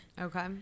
Okay